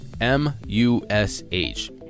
m-u-s-h